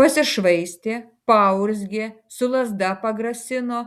pasišvaistė paurzgė su lazda pagrasino